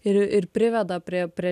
ir ir priveda prie prie